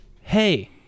Hey